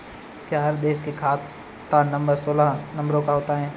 क्या हर देश में खाता नंबर सोलह नंबरों का होता है?